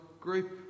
group